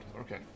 Okay